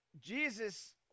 Jesus